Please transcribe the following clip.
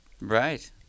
Right